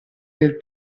nel